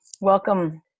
Welcome